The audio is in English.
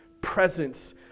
Presence